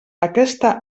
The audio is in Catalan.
aquesta